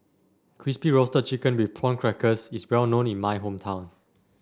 Crispy Roasted Chicken with Prawn Crackers is well known in my hometown